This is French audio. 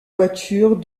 voiture